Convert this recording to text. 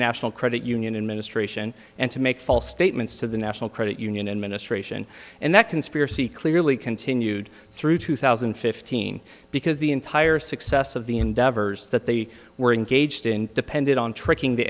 national credit union in ministration and to make false statements to the national credit union and ministration and that conspiracy clearly continued through two thousand and fifteen because the entire success of the endeavors that they were engaged in depended on tricking the